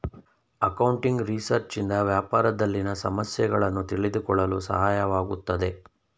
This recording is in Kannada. ಅಕೌಂಟಿಂಗ್ ರಿಸರ್ಚ್ ಇಂದ ವ್ಯಾಪಾರದಲ್ಲಿನ ಸಮಸ್ಯೆಗಳನ್ನು ತಿಳಿದುಕೊಳ್ಳಲು ಸಹಾಯವಾಗುತ್ತದೆ